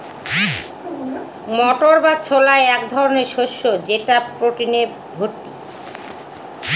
মটর বা ছোলা এক ধরনের শস্য যেটা প্রোটিনে ভর্তি